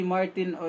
Martin